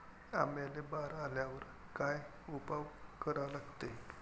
आंब्याले बार आल्यावर काय उपाव करा लागते?